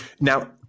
now